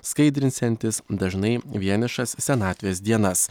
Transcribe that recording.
skaidrisentis dažnai vienišas senatvės dienas